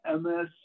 MS